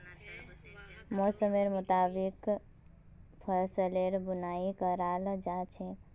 मौसमेर मुताबिक फसलेर बुनाई कराल जा छेक